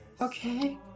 Okay